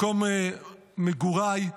מקום מגוריי,